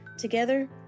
Together